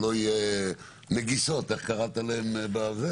שלא יהיו נגיסות בזה.